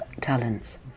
talents